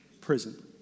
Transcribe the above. Prison